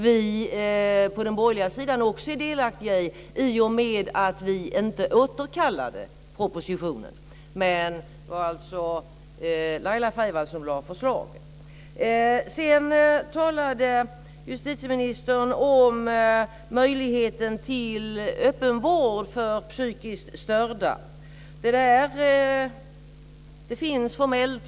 Vi på den borgerliga sidan är också delaktiga, i och med att vi inte återkallade propositionen. Men det var Laila Freivalds som lade fram förslaget. Justitieministern talade om möjligheten till öppenvård för psykiskt störda. Den finns formellt.